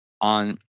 on